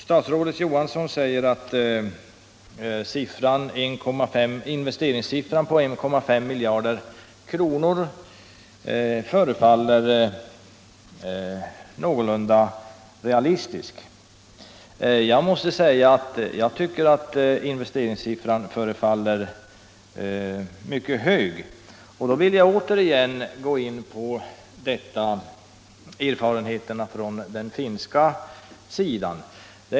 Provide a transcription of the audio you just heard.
Statsrådet Johansson säger att en investeringskostnad på 1,5 miljarder kronor förefaller någorlunda realistisk. Jag måste säga att jag tycker att investeringssiffran förefaller mycket hög, och jag vill återigen gå in på erfarenheterna från den finska sidan.